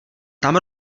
tam